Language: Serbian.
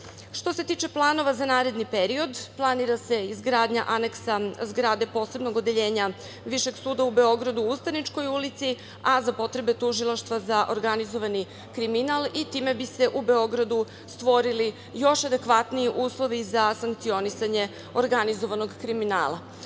se tiče planova za naredni period, planira se izgradnja aneksa zgrade Posebnog odeljenja Višeg suda u Beogradu u Ustaničkoj ulici, a za potrebe Tužilaštva za organizovani kriminal i time bi se u Beogradu stvorili još adekvatniji uslovi za sankcionisanje organizovanog kriminala.Za